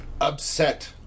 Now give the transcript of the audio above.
Upset